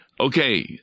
Okay